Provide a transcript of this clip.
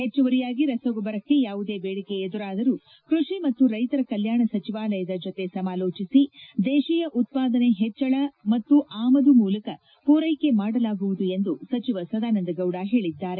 ಹೆಚ್ಚುವರಿಯಾಗಿ ರಸಗೊಬ್ಬರಕ್ಕೆ ಯಾವುದೇ ಬೇಡಿಕೆ ಎದುರಾದರೂ ಕೃಷಿ ಮತ್ತು ರೈತರ ಕಲ್ಯಾಣ ಸಚಿವಾಲಯದ ಜೊತೆ ಸಮಾಲೋಚಿಸಿ ದೇಶೀಯ ಉತ್ಪಾದನೆ ಹೆಚ್ಚಳ ಮತ್ತು ಆಮದು ಮೂಲಕ ಪೂರೈಕೆ ಮಾಡಲಾಗುವುದು ಎಂದು ಸಚಿವ ಸದಾನಂದ ಗೌಡ ಅವರು ಹೇಳಿದ್ದಾರೆ